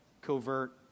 covert